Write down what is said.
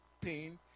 pain